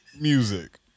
music